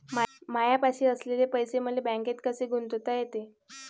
मायापाशी असलेले पैसे मले बँकेत कसे गुंतोता येते?